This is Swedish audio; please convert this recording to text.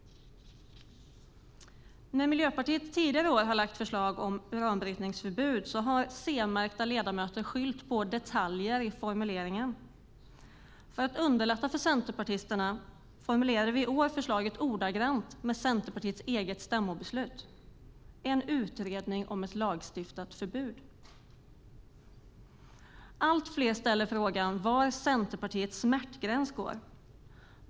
När Miljöpartiet tidigare år har lagt fram förslag om ett uranbrytningsförbud har C-märkta ledamöter skyllt på detaljer i formuleringen. För att underlätta för centerpartisterna formulerade vi i år förslaget ordagrant med Centerpartiets eget stämmobeslut: en utredning om ett lagstiftat förbud. Allt fler ställer frågan var Centerpartiets smärtgräns går.